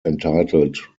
entitled